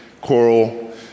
Coral